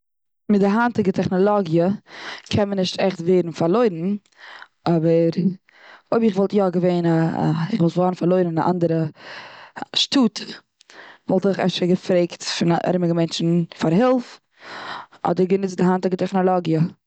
מיט די היינטיגע טעכנעלאגיע קען מען נישט עכט ווערן פארלוירן. אבער אויב איך וואלט יא געווען א א וואלט געווארן פארלוירן און א אנדערע שטאט וואלט איך אפשר געפרעגט פון ארומיגע מענטשן פאר הילף. אדער געניצט די היינטיגע טעכנאלאגיע.